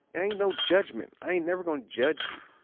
ain't no judgment. i ain't ever gonna judge you.